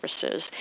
services